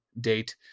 date